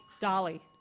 Dolly